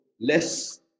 less